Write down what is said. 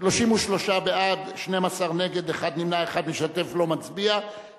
33 בעד, 12 נגד, אחד נמנע, אחד משתתף ולא מצביע.